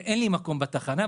ואין לי מקום בתחנה,